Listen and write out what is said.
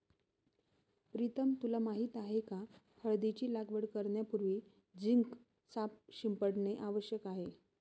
प्रीतम तुला माहित आहे का हळदीची लागवड करण्यापूर्वी झिंक शिंपडणे आवश्यक आहे